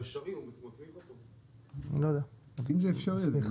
זה אפשרי.